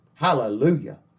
Hallelujah